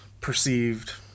perceived